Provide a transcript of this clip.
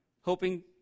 hoping